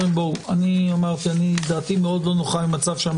אני אומר שדעתי מאוד לא נוחה ממצב שבו